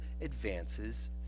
advances